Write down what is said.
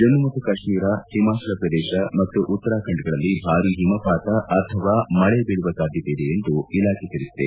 ಜಮ್ಮ ಮತ್ತು ಕಾಶ್ಮೀರ ಹಿಮಾಚಲ ಪ್ರದೇಶ ಮತ್ತು ಉತ್ತರಾಖಂಡ್ಗಳಲ್ಲಿ ಭಾರೀ ಹಿಮಪಾತ ಅಥವಾ ಮಳೆ ಬೀಳುವ ಸಾಧ್ಯತೆ ಇದೆ ಎಂದು ಇಲಾಖೆ ತಿಳಿಸಿದೆ